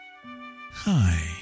Hi